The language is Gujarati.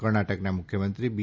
કર્ણાટકના મુખ્યમંત્રી બી